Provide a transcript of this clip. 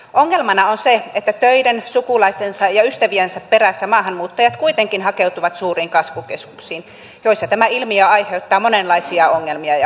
ongelmana on se että töiden sukulaistensa ja ystäviensä perässä maahanmuuttajat kuitenkin hakeutuvat suuriin kasvukeskuksiin joissa tämä ilmiö aiheuttaa monenlaisia ongelmia ja haasteita